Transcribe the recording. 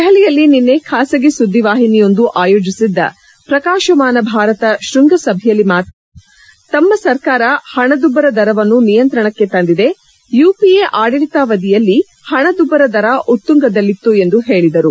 ದೆಹಲಿಯಲ್ಲಿ ನಿನ್ನೆ ಖಾಸಗಿ ಸುದ್ದಿವಾಹಿನಿಯೊಂದು ಆಯೋಜಿಸಿದ್ದ ಪ್ರಕಾಶಮಾನ ಭಾರತ ಶ್ವಂಗಸಭೆಯಲ್ಲಿ ಮಾತನಾಡಿದ ಅವರು ತಮ್ಮ ಸರ್ಕಾರ ಹಣದುಬ್ಬರ ದರವನ್ನು ನಿಯಂತ್ರಣಕ್ಕೆ ತಂದಿದೆ ಯುಪಿಎ ಆಡಳಿತಾವಧಿಯಲ್ಲಿ ಹಣದುಬ್ಲರ ದರ ಉತ್ತುಂಗದಲ್ಲಿತ್ತು ಎಂದು ಹೇಳಿದರು